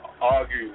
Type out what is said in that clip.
argue